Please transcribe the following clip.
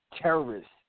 terrorists